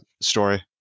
story